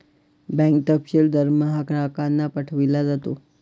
bank तपशील दरमहा ग्राहकांना पाठविला जातो